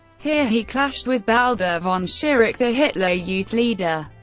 here he clashed with baldur von schirach, the hitler youth leader,